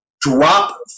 drop